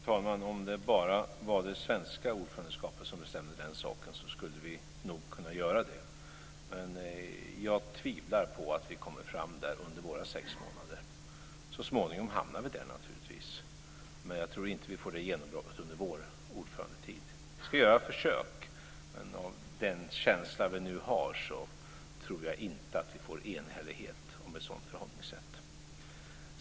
Fru talman! Om det bara var det svenska ordförandeskapet som bestämde den saken skulle vi nog kunna göra det. Men jag tvivlar på att vi kommer fram i det här avseendet under våra sex månader. Så småningom hamnar vi naturligtvis där. Men jag tror inte att vi får det genombrottet under vår ordförandetid. Vi ska göra ett försök. Men med den känsla som vi nu har tror jag inte att det blir enhällighet om ett sådant förhållningssätt.